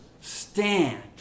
stand